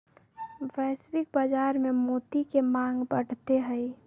वैश्विक बाजार में मोती के मांग बढ़ते हई